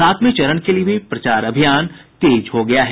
सातवें चरण के लिये भी प्रचार अभियान तेज हो गया है